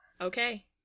okay